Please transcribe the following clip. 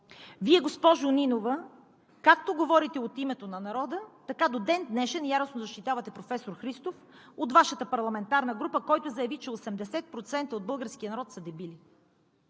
Вие, госпожо Нинова, както говорите от името на народа, така до ден днешен яростно защитавате професор Христов от Вашата парламентарна група, който заяви, че 80% от българския народ са дебили.